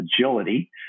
Agility